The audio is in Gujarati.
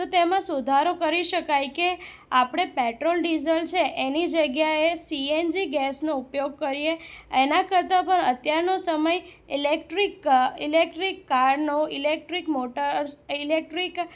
તો તેમાં સુધારો કરી શકાય કે આપણે પેટ્રોલ ડીઝલ છે એની જગ્યાએ સીએનજી ગેસનો ઉપયોગ કરીએ એના કરતાં પણ અત્યારનો સમય ઇલેક્ટ્રિક ઇલેક્ટ્રિક કારનો ઈલેક્ટ્રિક મોટર્સ ઇલેક્ટ્રિક